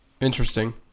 Interesting